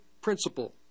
principle